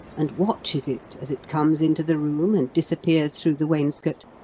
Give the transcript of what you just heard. and watches it, as it comes into the room and disappears through the wainscot,